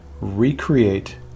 recreate